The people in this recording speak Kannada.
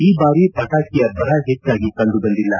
ಈ ಬಾರಿ ಪಟಾಕಿ ಅಬ್ಬರ ಹೆಚ್ಚಾಗಿ ಕಂಡು ಬಂದಿಲ್ಲ